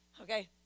Okay